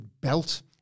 belt